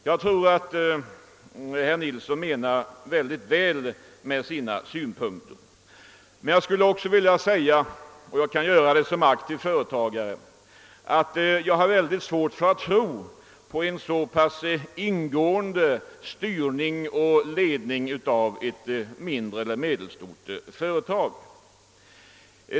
Jag tror att herr Nilsson menar väl med sina förslag, men jag skulle som aktiv företagare vilja säga att jag har svårt att tro på en så ingående styrning och ledning av ett mindre eller medelstort företag.